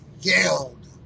yelled